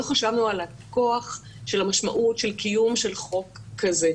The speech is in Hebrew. לא חשבנו על הכוח של המשמעות של קיום חוק כזה.